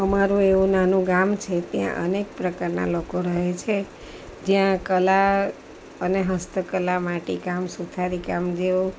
અમારો એવું નાનું ગામ છે ત્યાં અનેક પ્રકારના લોકો રહે છે જ્યાં કલા અને હસ્તકલા માટે કામ સુથારી કામ જેવો